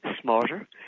smarter